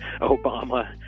Obama